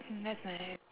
mm that's nice